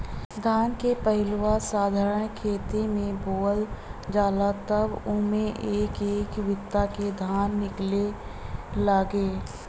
धान के पहिलवा साधारणे खेत मे बोअल जाला जब उम्मे एक एक बित्ता के धान निकले लागे